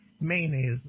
Mayonnaise